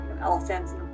elephants